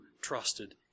trusted